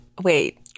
wait